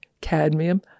cadmium